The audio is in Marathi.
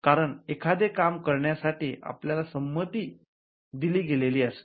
कारण एखादे काम करण्यासाठी एखाद्याला संमती दिली गेलेली असते